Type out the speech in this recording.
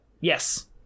Yes